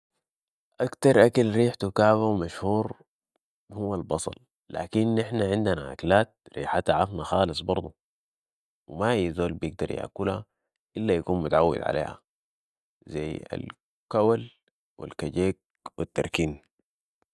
اكتر اكل ريحته كعبة و مشهور هو البصل لكن نحن عندنا اكلات ريحتها عفنة خالص برضو و ما اي زول بيقدر ياكلها إلا يكون متعود عليها زي الكول و الكجيك و التركيين